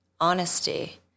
honesty